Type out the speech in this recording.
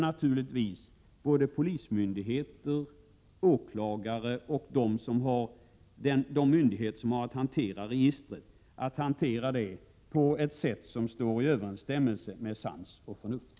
Naturligtvis kommer polismyndigheter, åklagare och de myndigheter som har att hantera registret att hantera det på ett sätt som står i överensstämmelse med sans och förnuft.